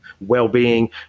well-being